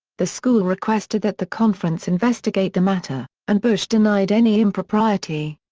the school requested that the conference investigate the matter, and bush denied any impropriety.